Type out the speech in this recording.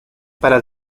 para